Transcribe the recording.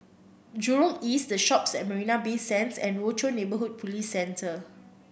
Jurong East The Shoppes at Marina Bay Sands and Rochor Neighborhood Police Centre